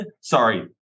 sorry